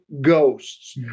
ghosts